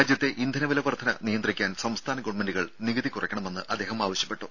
രാജ്യത്തെ ഇന്ധനവില വർധന നിയന്ത്രിക്കാൻ സംസ്ഥാന ഗവൺമെന്റുകൾ നികുതി കുറയ്ക്കണമെന്ന് അദ്ദേഹം ആവശ്യപ്പെട്ടു